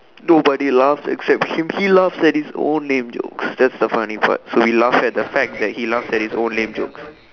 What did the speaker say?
nobody laughs except him he laughs at his own lame jokes that's the funny part so we laugh at the fact that he laughs at his lame jokes